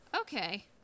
Okay